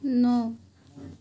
ন